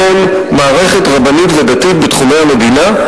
מערכת רבנית ודתית בתחומי המדינה,